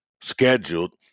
scheduled